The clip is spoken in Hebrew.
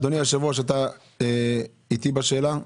אדוני היו"ר, אתה איתי בשאלה?